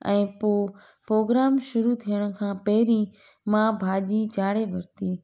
ऐं पोइ पोग्राम शुरू थियण खां पहिरीं मां भाॼी चाढ़े वरिती